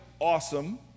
awesome